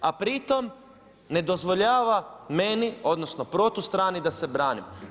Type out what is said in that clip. A pritom ne dozvoljava meni, odnosno protustrani da se branim.